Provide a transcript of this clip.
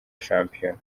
shampiyona